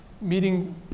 meeting